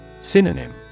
Synonym